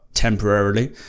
Temporarily